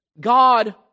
God